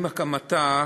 עם הקמתה,